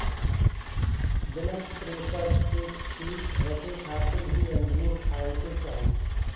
blood pressure के ठीक रखे खातिर भी अंगूर खाए के चाही